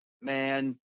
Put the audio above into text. man